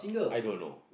I don't know